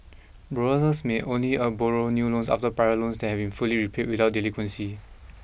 borrowers may only a borrow new loans after prior loans that have been fully repaid without delinquency